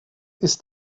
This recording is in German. ist